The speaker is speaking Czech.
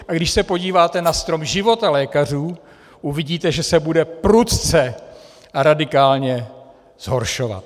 A když se podíváte na strom života lékařů, uvidíte, že se bude prudce a radikálně zhoršovat.